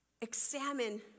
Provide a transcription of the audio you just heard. examine